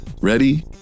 ready